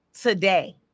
today